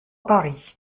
paris